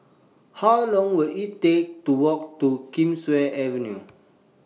How Long Will IT Take to Walk to Kingswear Avenue